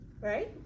right